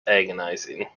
agonizing